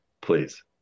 please